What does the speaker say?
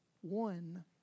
one